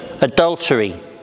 adultery